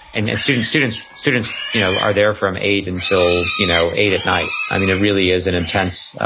and and students, students students you know are there from eight until you know eight at night. it really is an intense,